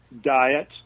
diet